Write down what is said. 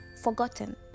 forgotten